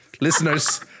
listeners